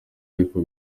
ariko